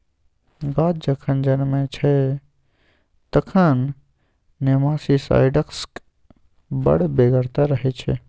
गाछ जखन जनमय छै तखन नेमाटीसाइड्सक बड़ बेगरता रहय छै